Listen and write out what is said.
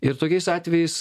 ir tokiais atvejais